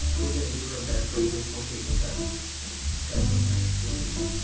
we're gonna give her a bad grade, or something because because of my activities.